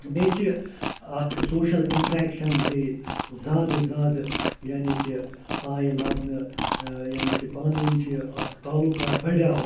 بیٚیہِ چھِ اَکھ سوشَل اِنٛٹرٛیکشَن گٔے زیادٕ زیادٕ یعنی کہِ آیہِ لَبنہٕ یعنی کہِ پانہٕ ؤنۍ چھِ اَکھ تعلقات بڑیو